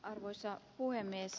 arvoisa puhemies